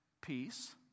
peace